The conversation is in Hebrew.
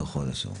תודה.